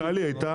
מה שטלי אמרה,